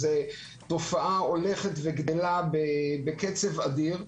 זאת תופעה שהולכת וגדלה בקצב אדיר.